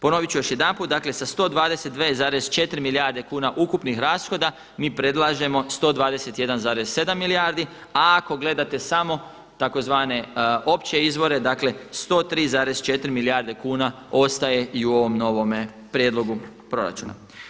Ponovit ću još jedanput, dakle sa 122,4 milijarde kuna ukupnih rashoda mi predlažemo 121,7 milijardi a ako gledate smo tzv. opće izvore, dakle 103,4 milijarde kuna ostaje i u ovome novome prijedlogu proračuna.